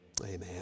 Amen